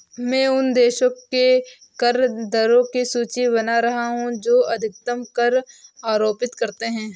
मैं उन देशों के कर दरों की सूची बना रहा हूं जो अधिकतम कर आरोपित करते हैं